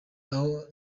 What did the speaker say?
aho